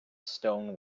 stone